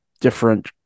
different